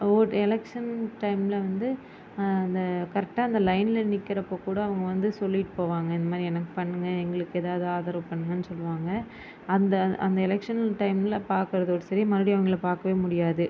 vote election டைமில் வந்து அந்த கரெக்ட்டாக அந்த லைனில் நிற்கிறப்போ கூட அவங்க வந்து சொல்லிவிட்டு போவாங்க இந்த மாதிரி எனக்கு பண்ணுங்கள் எங்களுக்கு எதாவது ஆதரவு பண்ணுங்கனு சொல்லுவாங்க அந்த அந்த எலக்ஷன் டைமில் பார்க்குறதோட சரி மறுபடியும் அவங்களை பார்க்கவே முடியாது